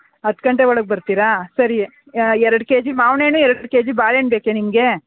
ಹತ್ತು ಗಂಟೆ ಒಳಗೆ ಬರ್ತೀರಾ ಸರಿ ಎರಡು ಕೆಜಿ ಮಾವಿನಣ್ಣು ಎರಡು ಕೆಜಿ ಬಾಳೆಣ್ಣು ಬೇಕೆ ನಿಮಗೆ